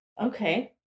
Okay